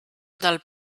del